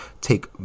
take